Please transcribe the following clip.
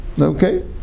Okay